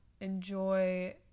enjoy